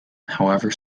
however